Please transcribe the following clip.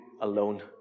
alone